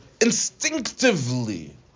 instinctively